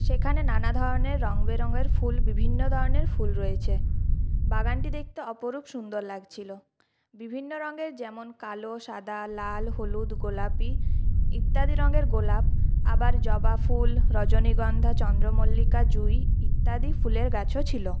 সেখানে নানা ধরনের রঙ বেরঙের ফুল বিভিন্ন ধরনের ফুল রয়েছে বাগানটি দেখতে অপরূপ সুন্দর লাগছিল বিভিন্ন রঙের যেমন কালো সাদা লাল হলুদ গোলাপি ইত্যাদি রঙের গোলাপ আবার জবাফুল রজনীগন্ধা চন্দ্রমল্লিকা জুঁই ইত্যাদি ফুলের গাছও ছিল